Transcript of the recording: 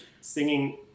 singing